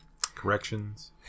Corrections